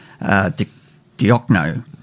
Diocno